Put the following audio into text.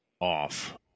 off